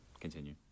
continue